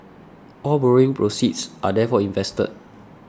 all borrowing proceeds are therefore invested